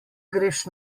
greš